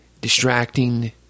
distracting